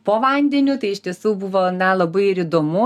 po vandeniu tai iš tiesų buvo na labai ir įdomu